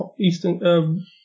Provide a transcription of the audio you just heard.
Eastern